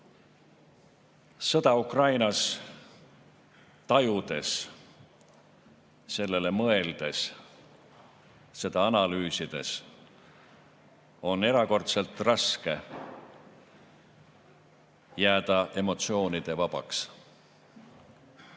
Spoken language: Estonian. Sõda Ukrainas tajudes, sellele mõeldes, seda analüüsides on erakordselt raske jääda emotsioonituks.